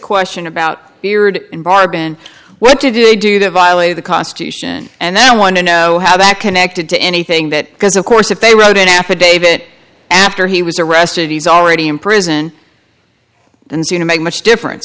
question about beard and barb and what to do they do to violate the constitution and then one to know how that connected to anything that because of course if they wrote an affidavit after he was arrested he's already in prison and you know make much difference